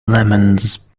lemons